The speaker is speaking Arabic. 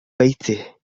بيته